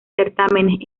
certámenes